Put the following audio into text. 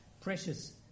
precious